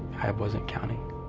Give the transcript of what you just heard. i. i wasn't counting.